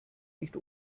nicht